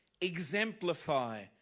exemplify